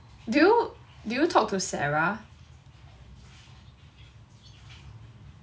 do you do you talk to sarah